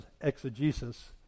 exegesis